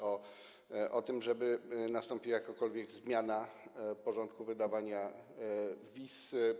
O tym, żeby nastąpiła jakakolwiek zmiana porządku wydawania wiz.